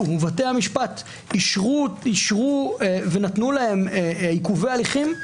ובתי המשפט אישרו ונתנו להם עיכובי הליכים,